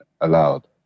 allowed